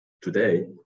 today